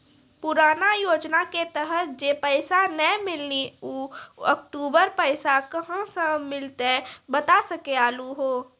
पुराना योजना के तहत जे पैसा नै मिलनी ऊ अक्टूबर पैसा कहां से मिलते बता सके आलू हो?